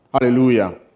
Hallelujah